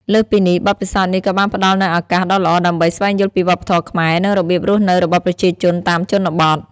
លើសពីនេះ បទពិសោធន៍នេះក៏បានផ្តល់នូវឱកាសដ៏ល្អដើម្បី ស្វែងយល់ពីវប្បធម៌ខ្មែរ និងរបៀបរស់នៅរបស់ប្រជាជនតាមជនបទ។